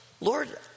Lord